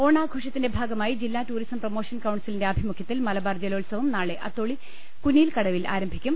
ഓണാഘോഷത്തിന്റെ ഭാഗമായി ജില്ലാ tourist promotion കൌൺസിലിന്റെ ആഭിമുഖ്യത്തിൽ മലബാർ ജല്പോത്സവം നാളെ അത്തോളി കുനിയിൽ കടവിൽ ആരംഭിക്കും